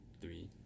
three